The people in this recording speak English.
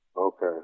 Okay